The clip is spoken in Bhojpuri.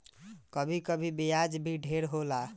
कभी कभी ब्याज भी ढेर होला